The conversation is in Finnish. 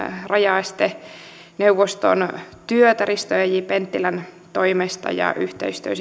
rajaesteneuvoston työtä risto e j penttilän toimesta ja yhteistyö